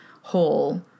whole